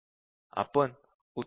आपण उत्तम टूल कसे लिहू शकू